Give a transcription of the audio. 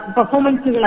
Performance